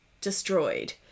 destroyed